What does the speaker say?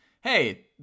hey